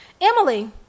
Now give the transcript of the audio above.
Emily